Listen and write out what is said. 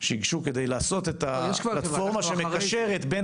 שייגשו כדי לעשות את הפלטפורמה שמקשרת בין